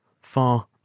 far